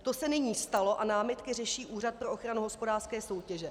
To se nyní stalo a námitky řeší Úřad pro ochranu hospodářské soutěže.